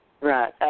Right